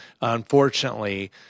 unfortunately